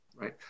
Right